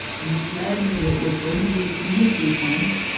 you said that it was going to be a single sequence,